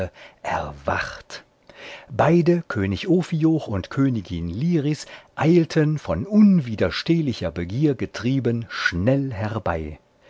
beide könig ophioch und königin liris eilten von unwiderstehlicher begier getrieben schnell herbei